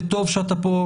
וטוב שאתה פה,